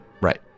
Right